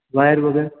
wire वगैरह